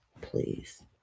please